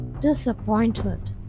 Disappointment